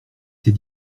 ces